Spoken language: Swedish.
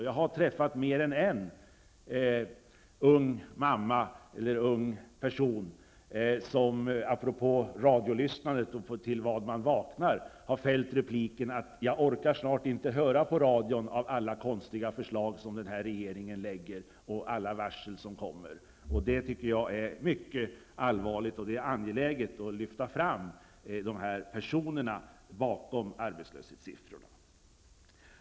Jag har träffat mer än en ung person som apropå radiolyssnandet när man vaknar har fällt repliken: Jag orkar snart inte lyssna på alla konstiga förslag som den här regeringen lägger fram och alla varsel som kommer. Det tycker jag är mycket allvarligt, och det är angeläget att lyfta fram personerna bakom arbetslöshetssiffrorna.